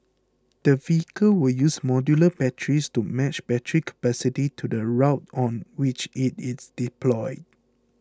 the vehicle will use modular batteries to match battery capacity to the route on which it is deployed